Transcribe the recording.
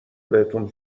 بهتون